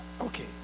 okay